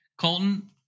Colton